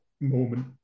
moment